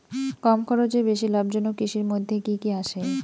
কম খরচে বেশি লাভজনক কৃষির মইধ্যে কি কি আসে?